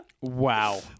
Wow